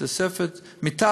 מיטה,